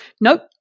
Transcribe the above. nope